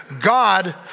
God